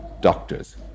doctors